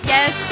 Yes